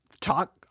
Talk